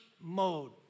mode